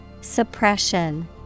Suppression